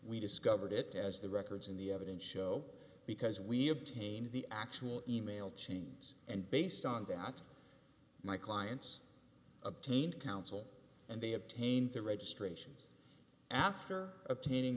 we discovered it as the records in the evidence show because we obtained the actual e mail chains and based on them not my clients obtained counsel and they obtained the registrations after obtaining